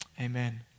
Amen